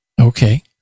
Okay